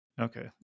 Okay